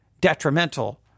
detrimental